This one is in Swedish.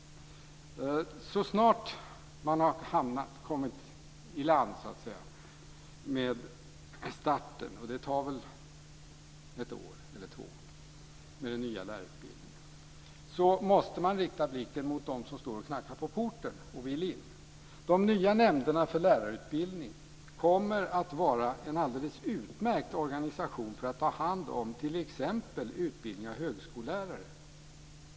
Så snart man har genomfört starten av den nya lärarutbildningen, vilket väl tar ett år eller två, måste man rikta blicken mot dem som knackar på porten och vill komma in. De nya nämnderna för lärarutbildning kommer att utgöra en alldeles utmärkt organisation för att ta hand om t.ex. utbildning av högskolelärare.